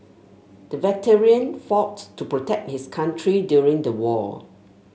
the veteran fought to protect his country during the war